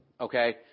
okay